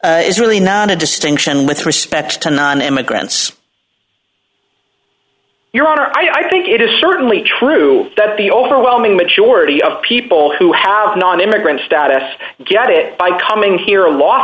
is really not a distinction with respect to non immigrants your honor i think it is certainly true that the overwhelming majority of people who have non immigrant status get it by coming here